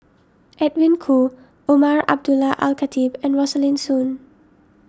Edwin Koo Umar Abdullah Al Khatib and Rosaline Soon